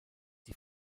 die